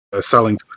selling